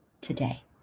today